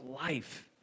life